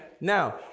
Now